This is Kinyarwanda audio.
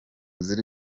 ziri